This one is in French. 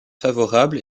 favorable